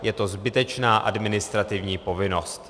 Je to zbytečná administrativní povinnost.